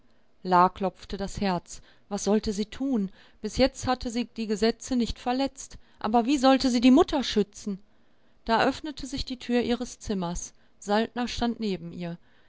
klopfte das herz was sollte sie tun bis jetzt hatte sie die gesetze nicht verletzt aber wie sollte sie die mutter schützen da öffnete sich die tür ihres zimmers saltner stand neben ihr